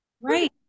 Right